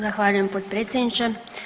Zahvaljujem potpredsjedniče.